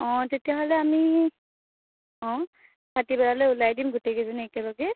অঁ তেতিয়াহ'লে আমি অঁ ভাতিবেলালৈ ওলাই দিম গোটেইকেইজনী একেলগে